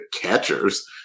catchers